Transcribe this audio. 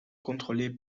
contrôlées